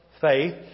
faith